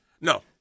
No